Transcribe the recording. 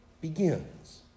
begins